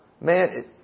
man